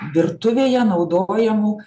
virtuvėje naudojamų